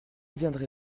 viendrai